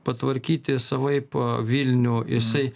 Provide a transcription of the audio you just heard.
patvarkyti savaip vilnių jisai